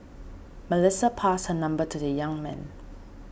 Melissa passed her number to the young man